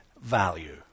value